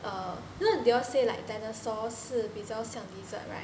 err you know they all say like dinosaur 是比较像 lizard right